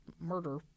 murder